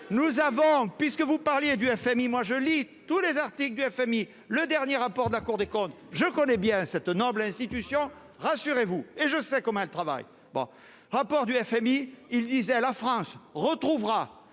nous avons puisque vous parliez du FMI, moi je lis tous les articles du FMI, le dernier rapport de la Cour des comptes, je connais bien cette noble institution, rassurez-vous, et je sais comme un travail. Bon rapport du FMI, il disait à la France retrouvera la